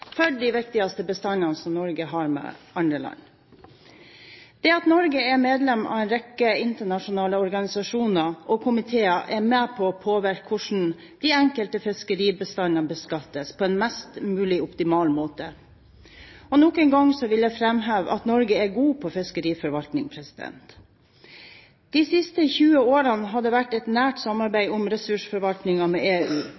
for de viktigste bestandene som Norge har med andre land. Det at Norge er medlem av en rekke internasjonale organisasjoner og komiteer, er med på å påvirke hvordan de enkelte fiskebestandene beskattes på en mest mulig optimal måte. Og nok en gang vil jeg framheve at Norge er god i fiskeriforvaltning. De siste 20 årene har det vært et nært samarbeid med EU